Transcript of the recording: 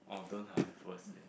oh don't have worst day ah